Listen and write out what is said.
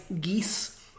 geese